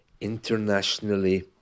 internationally